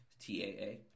TAA